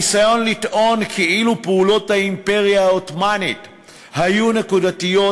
הניסיון לטעון כאילו פעולות האימפריה העות'מאנית היו נקודתיות